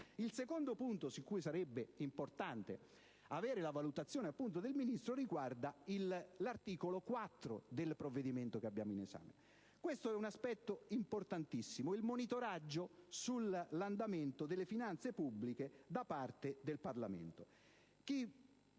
Il secondo punto su cui sarebbe importante avere la valutazione del Ministro riguarda l'articolo 4 del provvedimento in esame: il monitoraggio sull'andamento delle finanze pubbliche da parte del Parlamento